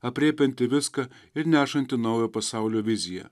aprėpianti viską ir nešanti naujo pasaulio viziją